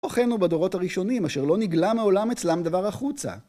או אחינו בדורות הראשונים, אשר לא נגלה מעולם אצלם דבר החוצה